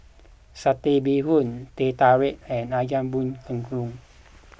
Satay Bee Hoon Teh Tarik and Ayam Buah Keluak